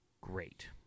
great